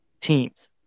teams